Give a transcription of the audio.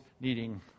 needing